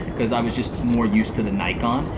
cause i was just more used to the nikon.